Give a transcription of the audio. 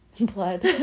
Blood